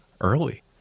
early